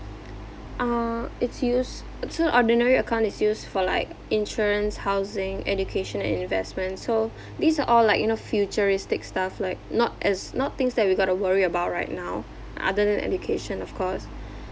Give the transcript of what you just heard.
uh its use so ordinary account is used for like insurance housing education and investment so these are all like you know futuristic stuff like not as not things that we got to worry about right now other than education of course